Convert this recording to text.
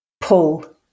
Pull